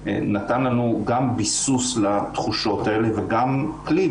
נתן לנו גם ביסוס לתחושות האלה וגם כלי,